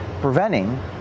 preventing